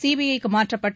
சிபிஐக்கு மாற்றப்பட்டு